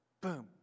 Boom